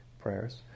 prayers